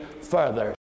further